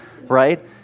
right